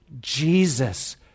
jesus